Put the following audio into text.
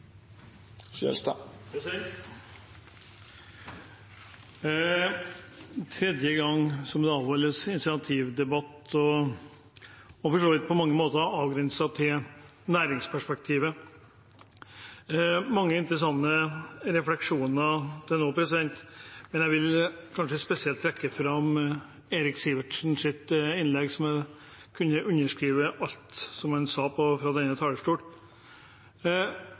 tredje gang det avholdes initiativdebatt og for så vidt på mange måter avgrenset til næringsperspektivet. Det er mange interessante refleksjoner til nå, men jeg vil kanskje spesielt trekke fram Eirik Sivertsens innlegg – jeg kan underskrive på alt som han sa fra denne